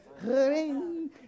Ring